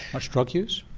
much drug use?